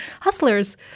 Hustlers